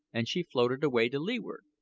and she floated away to leeward.